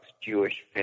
Jewish